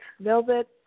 velvet